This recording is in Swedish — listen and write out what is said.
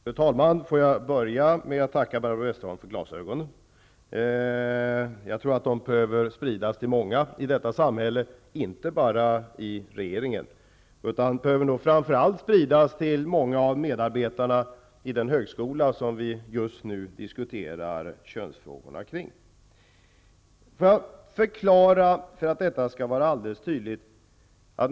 Fru talman! Jag vill börja med att tacka Barbro Westerholm för glasögonen. Jag tror att de behöver spridas till många i detta samhälle -- inte bara i regeringen. De behöver framför allt spridas till många av medarbetarna i den högskola som vi nu diskuterar könsfrågorna kring. För att den här diskussionen skall bli alldeles tydlig vill jag ge följande förklaring.